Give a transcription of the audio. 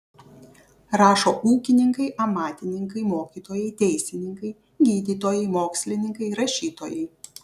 rašo ūkininkai amatininkai mokytojai teisininkai gydytojai mokslininkai rašytojai